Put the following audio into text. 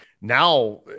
now